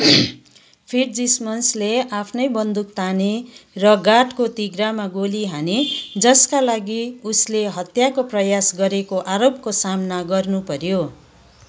फिट्ज्सिमन्सले आफ्नै बन्दुक ताने र गार्डको तिघ्रामा गोली हाने जसका लागि उसले हत्याको प्रयास गरेको आरोपको सामना गर्नुपऱ्यो